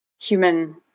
human